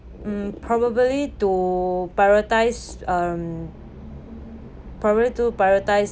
mm probably to prioritise um probably to prioritise